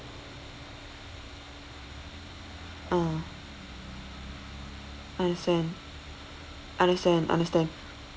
ah understand understand understand